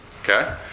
Okay